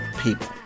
people